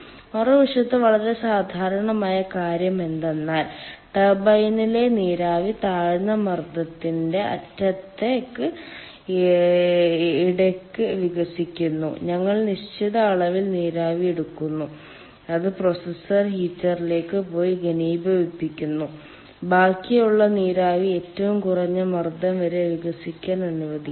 മറുവശത്ത് വളരെ സാധാരണമായ കാര്യം എന്തെന്നാൽ ടർബൈനിലെ നീരാവി താഴ്ന്ന മർദ്ദത്തിന്റെ അറ്റത്തേക്ക് ഇടയ്ക്ക് വികസിക്കുന്നു ഞങ്ങൾ നിശ്ചിത അളവിൽ നീരാവി എടുക്കുന്നു അത് പ്രോസസർ ഹീറ്ററിലേക്ക് പോയി ഘനീഭവിക്കുന്നു ബാക്കിയുള്ള നീരാവി ഏറ്റവും കുറഞ്ഞ മർദ്ദം വരെ വികസിക്കാൻ അനുവദിക്കുന്നു